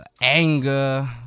Anger